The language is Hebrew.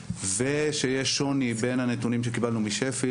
ושיש שוני בין הנתונים שקיבלנו משפ"י,